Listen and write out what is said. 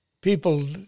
people